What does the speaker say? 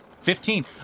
Fifteen